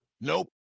Nope